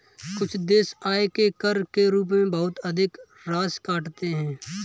कुछ देश आय से कर के रूप में बहुत अधिक राशि काटते हैं